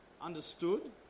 understood